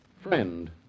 Friend